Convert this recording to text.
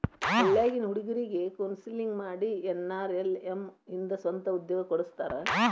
ಹಳ್ಳ್ಯಾಗಿನ್ ಹುಡುಗ್ರಿಗೆ ಕೋನ್ಸೆಲ್ಲಿಂಗ್ ಮಾಡಿ ಎನ್.ಆರ್.ಎಲ್.ಎಂ ಇಂದ ಸ್ವಂತ ಉದ್ಯೋಗ ಕೊಡಸ್ತಾರ